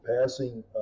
passing